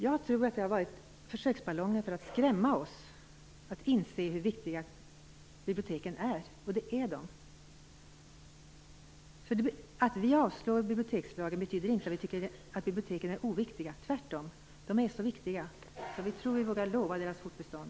Jag tror att det har varit försöksballonger för att skrämma oss att inse hur viktiga biblioteken är. Och det är de. Att vi avstyrker bibliotekslagen betyder inte att vi tycker att biblioteken är oviktiga, tvärtom. De är så viktiga att vi tror att vi vågar lova deras fortbestånd.